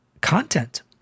content